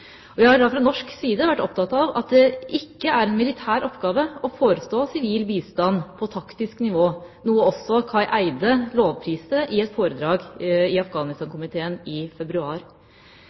fra norsk side vært opptatt av at det ikke er en militær oppgave å forestå sivil bistand på taktisk nivå, noe også Kai Eide lovpriste i et foredrag i Afghanistankomiteen i februar.